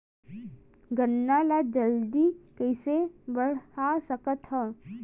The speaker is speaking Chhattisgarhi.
गन्ना ल जल्दी कइसे बढ़ा सकत हव?